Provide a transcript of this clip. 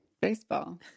baseball